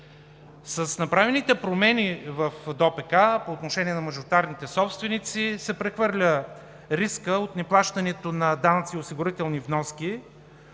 С направените промени в ДОПК по отношение на мажоритарните собственици се прехвърля рискът от неплащането на данъци и осигурителни вноски.